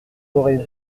aurez